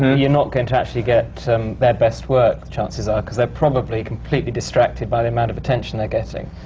you're not going to actually get their best work, chances are, because they're probably completely distracted by the amount of attention they're getting.